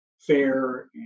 fair